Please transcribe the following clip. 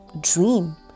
dream